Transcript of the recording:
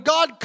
God